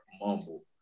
mumble